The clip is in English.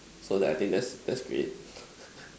so that I think that's that's great